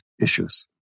issues